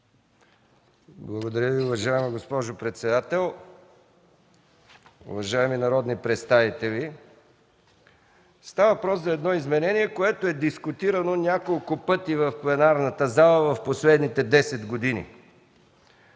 Благодаря Ви, уважаема госпожо председател. Уважаеми народни представители, става въпрос за едно изменение, което е дискутирано няколко пъти в пленарната зала в последните 10 години.